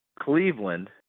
Cleveland